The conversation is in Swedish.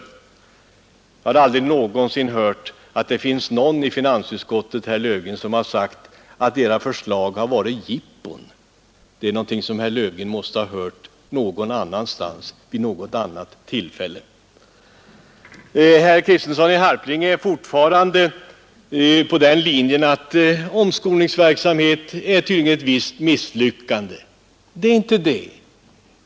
Jag har aldrig någonsin hört att det finns någon i finansutskottet, herr Löfgren, som har sagt att era förslag har varit jippon. Det är någonting som herr Löfgren måste ha hört någon annanstans vid något annat tillfälle. Herr Kristiansson i Harplinge är fortfarande av den uppfattningen att omskolningsverksamhet tydligen är ett visst misslyckande. Det är inte det!